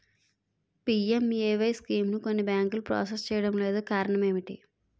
PMAY స్కీమును కొన్ని బ్యాంకులు ప్రాసెస్ చేయడం లేదు కారణం ఏమిటి?